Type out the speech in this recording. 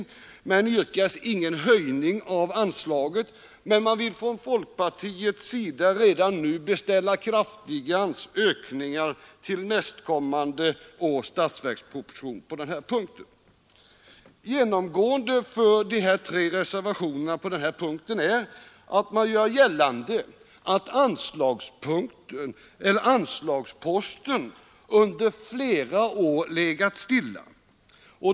I den sistnämnda reservationen yrkas ingen höjning av anslaget, men man vill från folkpartiets sida redan nu beställa kraftiga ökningar till nästa års statsverksproposition. Genomgående för de tre reservationerna på den här punkten är att det görs gällande att anslagsposten under flera år legat stilla.